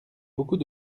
beaucoup